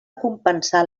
compensar